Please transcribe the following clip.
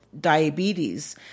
diabetes